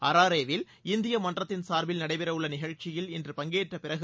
அராரேவில் இந்திய மன்றத்தின் சாா்பில் நடைபெறவுள்ள நிகழ்ச்சியில் இன்று பங்கேற்ற பிறகு